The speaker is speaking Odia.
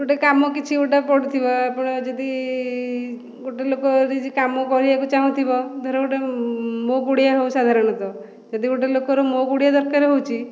ଗୋଟେ କାମ କିଛି ଗୋଟେ ପଡ଼ିଥିବ ଆପଣ ଯଦି ଗୋଟେ ଲୋକ ଯଦି କିଛି କାମ କରିବାକୁ ଚାହୁଁଥିବ ଧର ଗୋଟେ ମୋ କୁଡ଼ିଆ ହେଉ ସାଧାରଣତଃ ଯଦି ଗୋଟେ ଲୋକର ମୋ କୁଡ଼ିଆ ଦରକାର ହେଉଛି